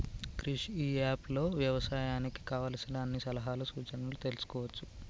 క్రిష్ ఇ అప్ లో వ్యవసాయానికి కావలసిన అన్ని సలహాలు సూచనలు తెల్సుకోవచ్చు